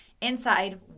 inside